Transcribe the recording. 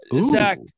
Zach